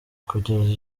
kugeza